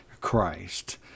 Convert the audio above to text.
Christ